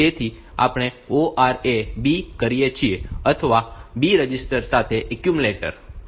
તેથી આપણે ORA B કરીએ છીએ અથવા B રજીસ્ટર સાથે એક્યુમ્યુલેટર